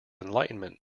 enlightenment